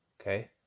okay